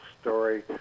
story